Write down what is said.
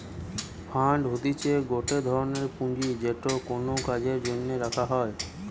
fund হতিছে গটে ধরনের পুঁজি যেটা কোনো কাজের জন্য রাখা হই